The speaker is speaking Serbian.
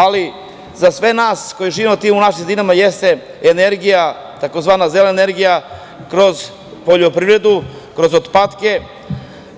Ali, za sve nas koji živimo u tim malim sredinama jeste energija, tzv. zelena energija kroz poljoprivredu, kroz otpatke,